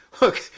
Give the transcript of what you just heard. Look